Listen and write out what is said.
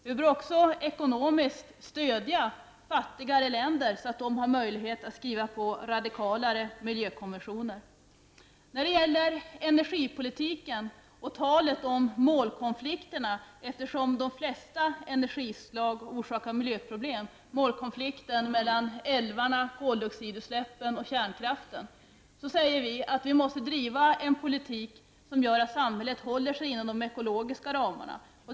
Vi bör också ekonomiskt stödja fattigare länder, så att de har möjlighet att skriva på radikalare miljökonventioner. I samband med energipolitiken talas det om målkonflikter, eftersom de flesta energislag orsakar miljöproblem -- det gäller målkonflikten mellan älvarna, koldioxidutsläppen och kärnkraften. Vi säger i detta sammanhang att vi måste driva en politik som gör att samhället håller sig inom de ekologiska ramarna.